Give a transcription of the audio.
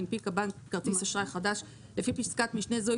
הנפיק הבנק כרטיס אשראי חדש לפי פסקת משנה זו,